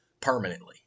permanently